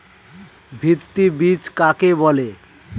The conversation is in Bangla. ভিত্তি বীজ কাকে বলে?